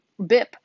bip